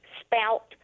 spout